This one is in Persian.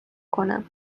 کنم